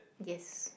yes